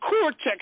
cortex